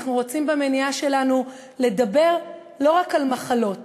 אנחנו רוצים במניעה שלנו לדבר לא רק על מחלות